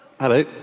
Hello